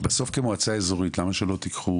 בסוף כמועצה אזורית, למה שלא תיקחו